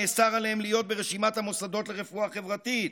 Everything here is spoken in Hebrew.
נאסר עליהם להיות ברשימת המוסדות לרפואה חברתית.